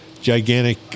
gigantic